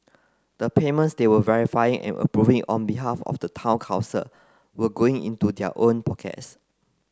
the payments they were verifying and approving on behalf of the town council were going into their own pockets